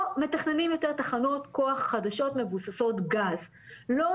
מלאי תכנוני פוגע בתכנון של ג'לג'וליה